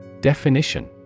Definition